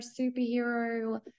superhero